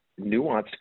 nuanced